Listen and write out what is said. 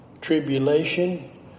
tribulation